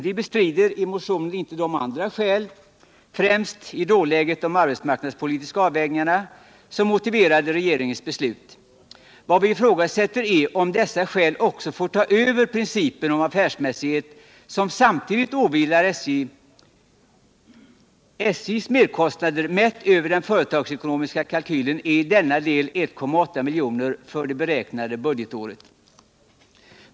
Vi bestrider inte i motionen de andra skäl, främst i dåläget de arbetsmarknadspolitiska avvägningarna, som motiverade regeringens beslut. Vad vi ifrågasätter är om dessa skäl också får ta över principen om affärsmässighet, som det samtidigt åligger SJ att följa. SJ:s merkostnader, mätta enligt den företagsekonomiska kalkylen, är i denna del 1,8 miljoner för det aktuella budgetåret.